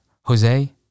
Jose